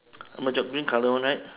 macam green colour one right